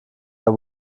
der